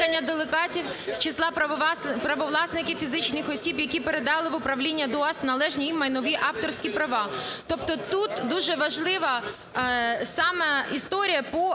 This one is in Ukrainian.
скликання делегатів з числа правовласників фізичних осіб, які передали в управління ДО УААСП належні їм майнові авторські права. Тобто тут дуже важлива саме історія по